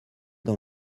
dans